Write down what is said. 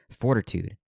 fortitude